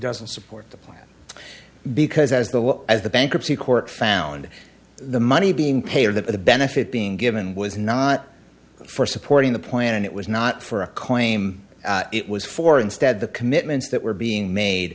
doesn't support the plan because as the as the bankruptcy court found the money being paid or that the benefit being given was not for supporting the plan and it was not for a claim it was for instead the commitments that were